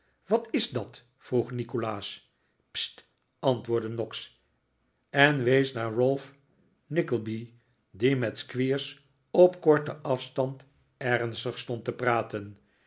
wat is dat vroeg nikolaas sst v antwoordde noggs en wees naar ralph nickleby die met squeers op korten af stand ernstig stond te praten